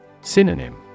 Synonym